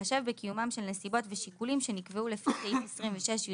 בהתחשב בקיומם של נסיבות ושיקולים שנקבעו לה לפי סעיף 26יב(ב).